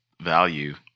value